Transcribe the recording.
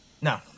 No